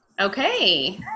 Okay